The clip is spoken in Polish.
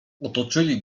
otoczyli